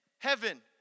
heaven